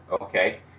okay